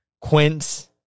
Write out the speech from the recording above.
Quince